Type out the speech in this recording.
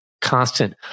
constant